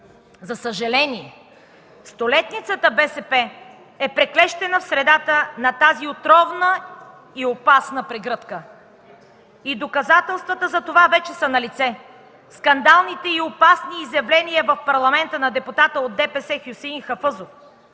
За съжаление, столетницата БСП е приклещена в средата на тази отровна и опасна прегръдка. И доказателствата за това вече са налице: скандалните и опасни изявления в Парламента на депутата от ДПС Хюсеин Хафъзов;